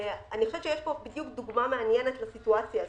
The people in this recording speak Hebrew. אני חושבת שיש פה דוגמה מעניינת לסיטואציה הזאת.